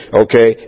okay